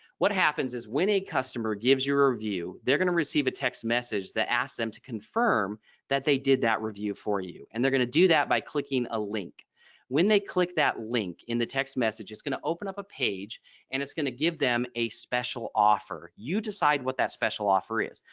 what happens is when a customer gives you a review they're going to receive a text message that asks them to confirm that they did that review for you and they're going to do that by clicking a link when they click that link in the text message it's going to open up a page and it's going to give them a special offer. you decide what that special offer is.